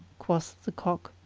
quoth the cock,